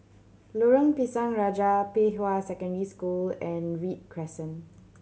Lorong Pisang Raja Pei Hwa Secondary School and Read Crescent